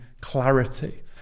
clarity